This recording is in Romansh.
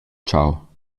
tgau